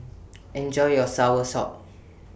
Enjoy your Soursop